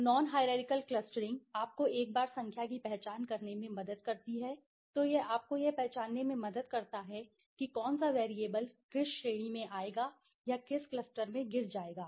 तो non hierarchical clustering आपको एक बार संख्या की पहचान करने में मदद करती है तो यह आपको यह पहचानने में मदद करता है कि कौन सा वैरिएबल किस श्रेणी में आएगा या किस क्लस्टर में गिर जाएगा